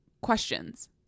questions